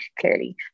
clearly